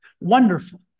wonderful